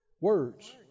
Words